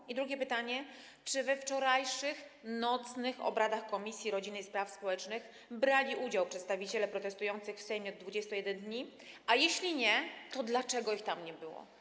I drugie pytanie: Czy we wczorajszych nocnych obradach komisji rodziny i spraw społecznych brali udział przedstawiciele protestujących od 21 dni w Sejmie, a jeśli nie, to dlaczego ich tam nie było?